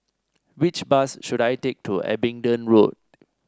which bus should I take to Abingdon Road